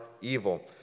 evil